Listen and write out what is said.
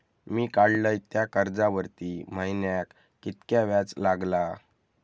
मी काडलय त्या कर्जावरती महिन्याक कीतक्या व्याज लागला?